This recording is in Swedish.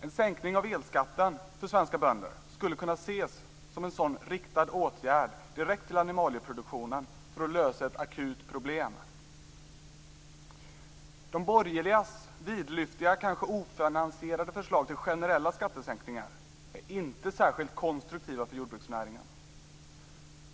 En sänkning av elskatten för svenska bönder skulle kunna ses som en sådan direkt till animalieproduktionen riktad åtgärd för att lösa ett akut problem. De borgerligas vidlyftiga och kanske ofinansierade förslag till generella skattesänkningar är inte särskilt konstruktiva för jordbruksnäringen.